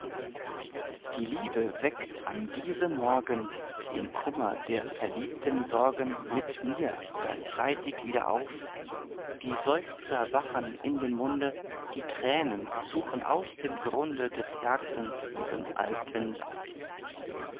die liebe weckt an diesem morgen den kummer der verliebten sorgen mit mir gar zeitig wieder auf die seufzer wachen in dem munde die tränen suchen aus dem grunde des herzens ihren alten lauf